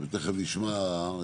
ותיכף נשמע,